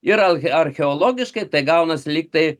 ir arhe archeologiškai tai gaunasi lyg tai